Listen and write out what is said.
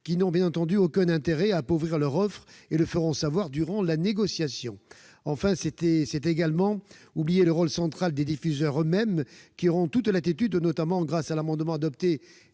qui n'ont bien entendu aucun intérêt à appauvrir leur offre et le feront savoir durant la négociation. Troisièmement, c'est également oublier le rôle central des diffuseurs eux-mêmes, qui auront toute latitude, notamment grâce à l'amendement adopté